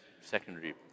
secondary